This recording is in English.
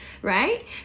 Right